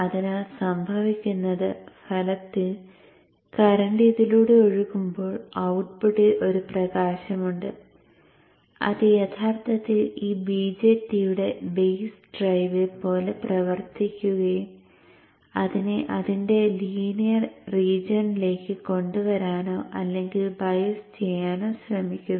അതിനാൽ സംഭവിക്കുന്നത് ഫലത്തിൽ കറന്റ് ഇതിലൂടെ ഒഴുകുമ്പോൾ ഔട്ട്പുട്ടിൽ ഒരു പ്രകാശമുണ്ട് അത് യഥാർത്ഥത്തിൽ ഈ BJT യുടെ ബെയിസ് ഡ്രൈവ് പോലെ പ്രവർത്തിക്കുകയും അതിനെ അതിന്റെ ലീനിയർ റീജിയനിലേക്കു കൊണ്ടുവരാനോ അല്ലെങ്കിൽ ബയസ് ചെയ്യാനോ ശ്രമിക്കുന്നു